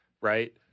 Right